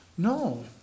No